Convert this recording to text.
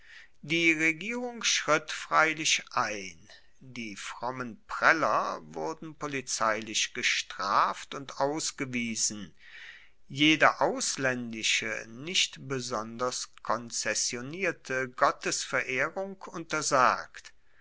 die regierung schritt freilich ein die frommen preller wurden polizeilich gestraft und ausgewiesen jede auslaendische nicht besonders konzessionierte gottesverehrung untersagt